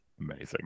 Amazing